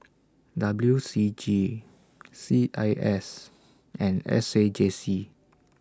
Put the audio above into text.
W C G C I S and S A J C